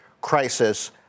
crisis